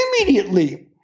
immediately